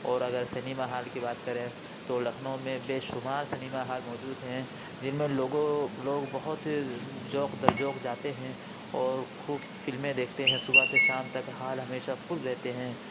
اور اگر cinema hall کی بات کریں تو لکھنؤ میں بے شمار سنیما ہال موجود ہیں جن میں لوگوں لوگ بہت جوق در جوق جاتے ہیں اور خوب فلمیں دیکھتے ہیں صبح سے شام تک ہال ہمیشہ فل رہتے ہیں